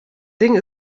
ding